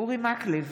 אורי מקלב,